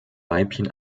weibchen